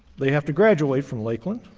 they have to graduate from lakeland.